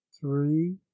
three